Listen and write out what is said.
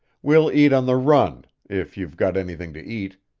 we'll eat on the run, if you've got anything to eat.